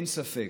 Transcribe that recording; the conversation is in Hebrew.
אין ספק.